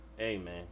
Amen